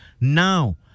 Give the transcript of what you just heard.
now